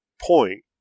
point